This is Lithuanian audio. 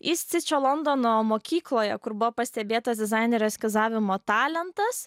yst cičio londono mokykloje kur buvo pastebėtas dizainerio eskizavimo talentas